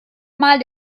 mal